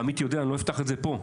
ועמית יודע, אני לא אפתח את זה פה.